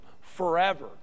forever